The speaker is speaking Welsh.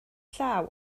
llaw